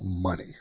money